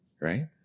right